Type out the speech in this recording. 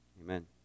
Amen